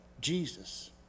Jesus